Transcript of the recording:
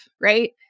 right